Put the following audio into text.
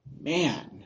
Man